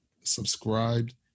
subscribed